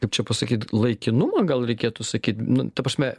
kaip čia pasakyt laikinumą gal reikėtų sakyt nu ta prasme